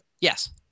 yes